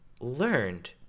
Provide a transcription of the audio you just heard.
learned